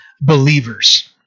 believers